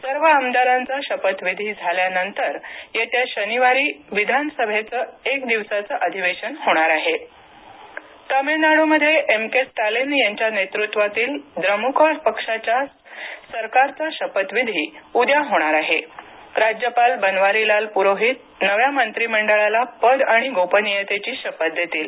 सर्व आमदारांचा शपथविधी झाल्यानंतर येत्या शनिवारी विधानसभेचं एक दिवसाचं अधिवेशन होणार आहे तामिळनाड सत्तास्थापन तामिळनाडूमध्ये एम के स्टॅलिन यांच्या नेतृत्वातील द्रमुक पक्षाच्या सरकारचा शपथविधी उद्या होणार आहे राज्यपाल बनवारीलाल पुरोहित नव्या मंत्रींडळाला पद आणि गोपनीयतेची शपथ देतील